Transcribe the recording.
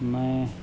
ਮੈਂ